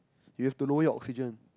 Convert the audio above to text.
you have you know your oxygen